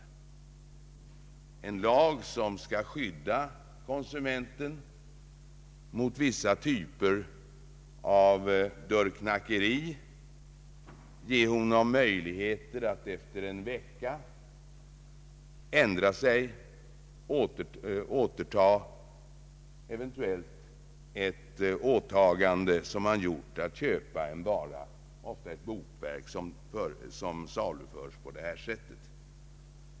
Det är en lag som skall skydda konsumenten mot vissa typer av dörrknackeri, ge honom möjlighet att efter en vecka ändra sig och eventuellt återkalla ett åtagande som han gjort att köpa en vara, ofta ett bokverk, som saluförs på det här sättet.